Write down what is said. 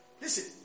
listen